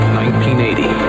1980